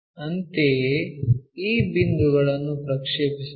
ಅಂತೆಯೇ ಈ ಬಿಂದುಗಳನ್ನು ಪ್ರಕ್ಷೇಪಿಸುವುದು